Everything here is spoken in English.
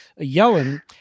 Yellen